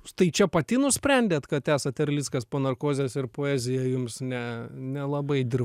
štai čia pati nusprendėt kad esat erlickas po narkozės ir poezija jums ne nelabai dir